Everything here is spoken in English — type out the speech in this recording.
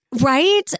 Right